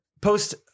Post